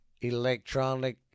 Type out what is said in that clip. electronic